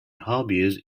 hobbies